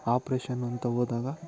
operation ಅಂತ ಹೋದಾಗ